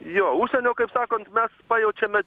jo užsienio kaip sakant mes pajaučiame